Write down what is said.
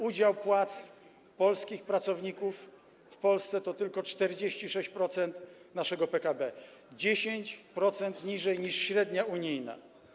Udział płac polskich pracowników w Polsce to tylko 46% naszego PKB, 10% niżej, niż wynosi średnia unijna.